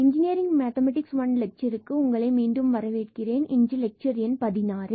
engineering mathematics 1 லெக்சருக்கு உங்களை மீண்டும் வரவேற்கிறேன் மற்றும் இன்று லெக்சர் எண் 16 ஆகும்